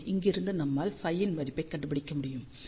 எனவே இங்கிருந்து நம்மால் Φ இன் மதிப்பைக் கண்டுபிடிக்க முடியும்